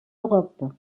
europe